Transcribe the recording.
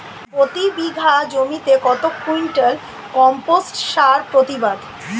প্রতি বিঘা জমিতে কত কুইন্টাল কম্পোস্ট সার প্রতিবাদ?